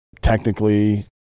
technically